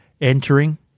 entering